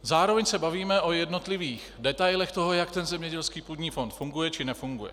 Zároveň se bavíme o jednotlivých detailech toho, jak ten zemědělský půdní fond funguje či nefunguje.